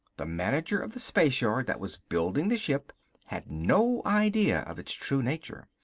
the manager of the spaceyard that was building the ship had no idea of its true nature.